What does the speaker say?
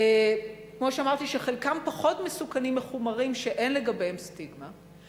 שכמו שאמרתי חלקם פחות מסוכנים מחומרים שאין לגביהם סטיגמה.